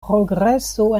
progreso